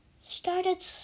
started